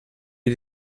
est